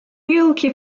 yılki